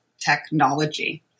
technology